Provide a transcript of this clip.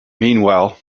meanwhile